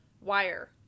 wire